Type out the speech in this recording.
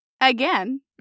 again